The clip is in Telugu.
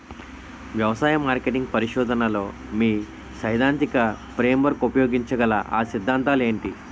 వ్యవసాయ మార్కెటింగ్ పరిశోధనలో మీ సైదాంతిక ఫ్రేమ్వర్క్ ఉపయోగించగల అ సిద్ధాంతాలు ఏంటి?